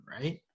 right